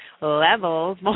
levels